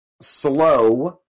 Slow